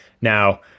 Now